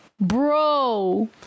Bro